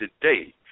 today